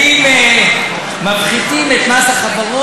האם כשמפחיתים את מס החברות,